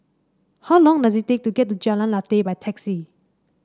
how long does it take to get to Jalan Lateh by taxi